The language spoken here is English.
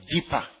deeper